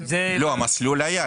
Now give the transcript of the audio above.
המסלול היה.